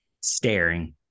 staring